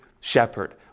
shepherd